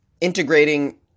integrating